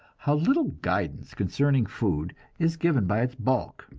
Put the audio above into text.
how little guidance concerning food is given by its bulk.